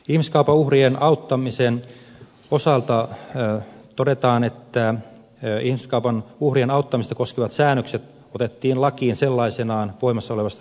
ihmiskaupan uhrien auttamisen osalta todetaan että ihmiskaupan uhrien auttamista koskevat säännökset otettiin lakiin sellaisenaan voimassa olevasta kotouttamislaista